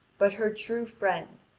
but her true friend,